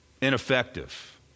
ineffective